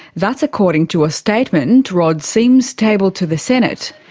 that's according to a statement rod sims tabled to the senate.